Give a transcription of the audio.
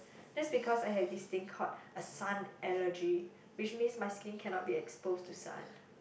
that's because I have this thing called a sun allergy which means my skin cannot be exposed to sun